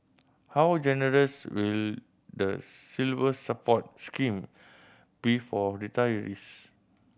how generous will the Silver Support scheme be for retirees